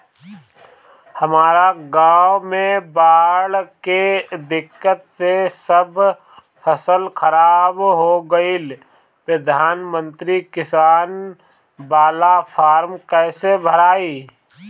हमरा गांव मे बॉढ़ के दिक्कत से सब फसल खराब हो गईल प्रधानमंत्री किसान बाला फर्म कैसे भड़ाई?